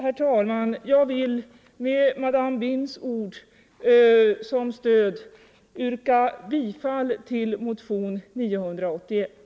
Herr talman! Jag vill med Mme Binhs ord som stöd yrka bifall till motionen 981.